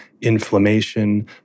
inflammation